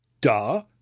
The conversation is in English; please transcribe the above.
Duh